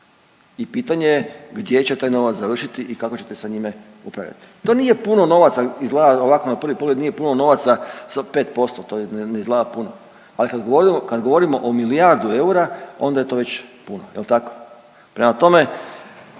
i pitanje je gdje će taj novac završiti i kako ćete sa njime upravljati. To nije puno novaca, izgleda ovako na prvi pogled, nije puno novaca, 5% to ne izgleda puno. Ali kad govorimo, kad govorimo o milijardu eura onda je to već puno, jel tako. Prema tome